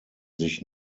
sich